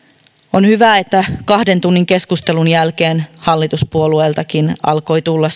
on hyvä että kahden tunnin keskustelun jälkeen hallituspuolueiltakin alkoi tulla